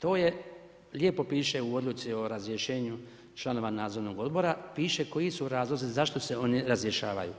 To je lijepo piše u Odluci o razrješenju članova nadzornog odbora, piše koji su razlozi, zašto se oni razrješavaju.